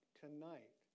tonight